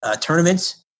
tournaments